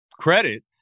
credit